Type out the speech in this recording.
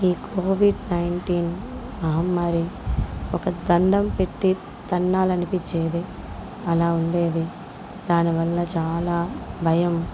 ఈ covid nineteen మహమ్మారి ఒక తల్లం పెట్టి తన్నాలి అనిపించేది అలా ఉండేది దానివల్ల చాలా భయం